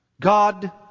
God